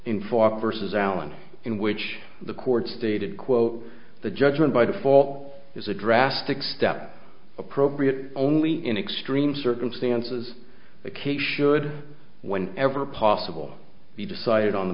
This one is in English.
fop versus allen in which the court stated quote the judgment by the fall is a drastic step appropriate only in extreme circumstances the case should when ever possible be decided on the